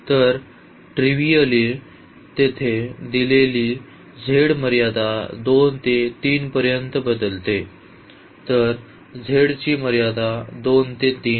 तर ट्रीव्हिअली तेथे दिलेली z मर्यादा 2 ते 3 पर्यंत बदलते तर z ची मर्यादा 2 ते 3